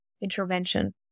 intervention